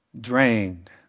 drained